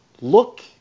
look